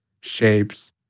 shapes